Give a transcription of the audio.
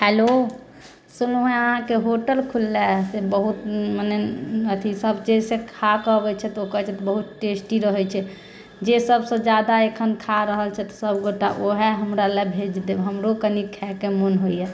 hello सुनलहुँ हँ अहाँकेँ होटल खुलल हइ से बहुत मने अथि सभ चीजसँ खाकऽ अबैत छथि तऽ कहैत छथि बहुत टेस्टी रहैत छै जे सभसँ जादा एखन खा रहल छथि सभ गोटा ओएह हमरा लए भेज देब हमरो कनि खाइके मन होइया